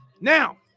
Now